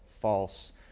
False